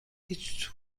هیچ